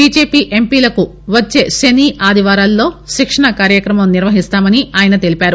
BJP ఎంపీలకు వచ్చే శని ఆది వారాలలో శిక్షణ కార్యక్రమం నిర్వహిస్తామని ఆయన తెలిపారు